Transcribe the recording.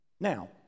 Now